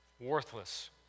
Worthless